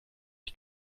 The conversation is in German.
ich